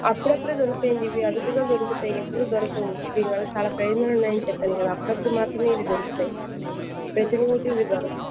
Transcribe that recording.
అప్పుడప్పుడు దొరుకుతాయి అండి ఇవి అరుదుగా దొరుకుతాయి ఎప్పుడు దొరకవు దీనివల్ల చాలా ప్రయోజనాలు ఉన్నాయి అని చెప్పాను కదా అప్పుడప్పుడు మాత్రమే ఇవి దొరుకుతాయి ప్రతిరోజు ఇవి దొరకవు